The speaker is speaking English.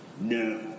No